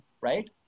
Right